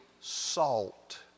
salt